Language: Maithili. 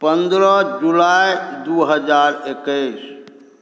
पन्द्रह जुलाइ दू हजार एकैस